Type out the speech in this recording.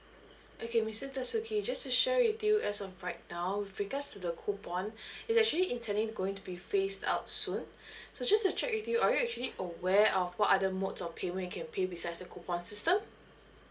okay mister dasuki just to share with you as of right now with regards to the coupon it's actually intently going to be phased out soon so just to check with you are you actually aware of what other modes of payment you can pay besides the coupon system